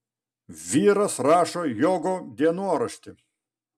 vyras rašo jogo dienoraštį